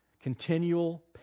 continual